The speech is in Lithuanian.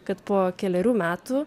kad po kelerių metų